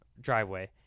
driveway